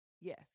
Yes